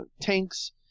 tanks